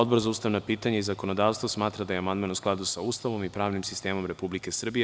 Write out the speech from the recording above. Odbor za ustavna pitanja i zakonodavstvo smatra da je amandman u skladu sa Ustavom i pravnim sistemom Republike Srbije.